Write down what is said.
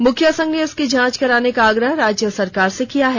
मुखिया संघ ने इसकी जांच कराने का आग्रह राज्य सरकार से किया है